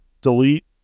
delete